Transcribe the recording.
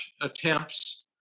attempts